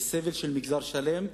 זה סבל של מגזר שלם,